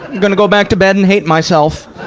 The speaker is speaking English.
gonna go back to bed and hate myself.